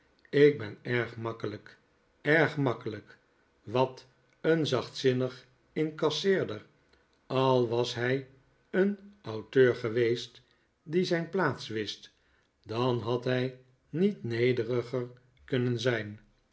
ik ben erg makkelijk erg makkelijk wat een zachtzinnig incasseerder al was hij een auteur geweest die zijn plaats wist dan had hij niet nederiger kunnen zijn